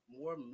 more